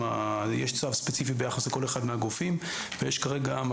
יש צו ספציפי ביחס לכל אחד מהגופים וכרגע יש